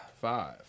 five